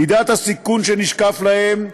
מידת הסיכון שנשקף להם,